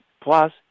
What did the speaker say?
plus